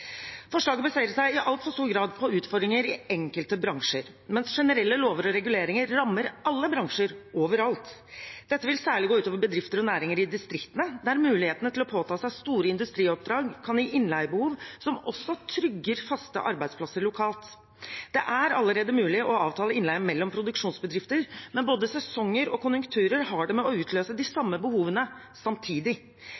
Forslaget baserer seg i altfor stor grad på utfordringer i enkelte bransjer, mens generelle lover og reguleringer rammer alle bransjer overalt. Dette vil særlig gå ut over bedrifter og næringer i distriktene, der mulighetene til å påta seg store industrioppdrag kan gi innleiebehov som også trygger faste arbeidsplasser lokalt. Det er allerede mulig å avtale innleie mellom produksjonsbedrifter, men både sesonger og konjunkturer har det med å utløse de